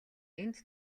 энд